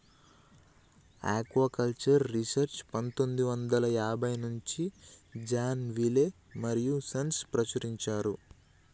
aquaculture research పందొమ్మిది వందల డెబ్బై నుంచి జాన్ విలే మరియూ సన్స్ ప్రచురించారు